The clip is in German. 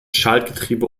schaltgetriebe